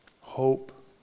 hope